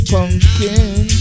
Pumpkin